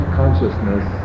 consciousness